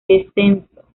descenso